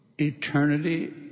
Eternity